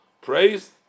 praised